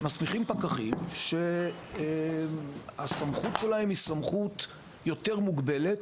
מסמיכים פקחים שהסמכות שלהם היא סמכות יותר מוגבלת,